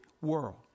world